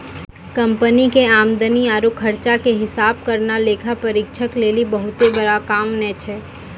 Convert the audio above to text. company के आमदनी आरु खर्चा के हिसाब करना लेखा परीक्षक लेली बहुते बड़का काम नै छै